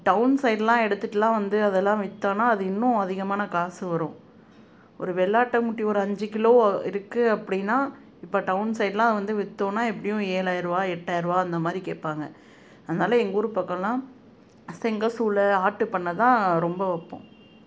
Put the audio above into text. down சைடெலெல்லாம் எடுத்துகிட்டுலாம் வந்து அதெல்லாம் விற்றோனா அது இன்னும் அதிகமான காசு வரும் ஒரு வெள்ளாட்டங்குட்டி ஒரு அஞ்சு கிலோ இருக்குது அப்படின்னா இப்போ டவுன் சைட்லெல்லாம் வந்து விற்றோனா எப்படியும் ஏழாயிர ரூபா எட்டாயிரம் ரூபா அந்தமாதிரி கேட்பாங்க அதனால் எங்கள் ஊர் பக்கமெல்லாம் செங்கல் சூளை ஆட்டுப் பண்ணைதான் ரொம்ப வைப்போம்